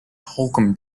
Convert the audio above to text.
holcombe